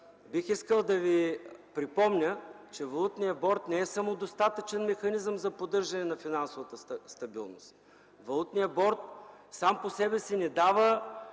Бих искал да Ви припомня, че Валутният борд не е самодостатъчен механизъм за поддържане на финансовата стабилност. Валутният борд сам по себе си не дава